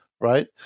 right